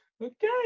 Okay